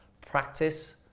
practice